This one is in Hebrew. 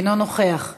אינו נוכח,